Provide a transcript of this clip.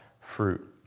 fruit